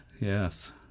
yes